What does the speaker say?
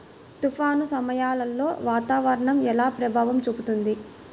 తుఫాను సమయాలలో వాతావరణం ఎలా ప్రభావం చూపుతుంది?